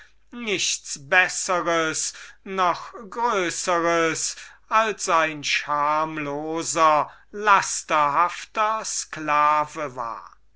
nichts bessers noch größers als ein schamloser lasterhafter sklave war